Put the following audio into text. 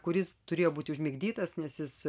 kuris turėjo būti užmigdytas nes jis